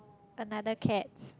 another cat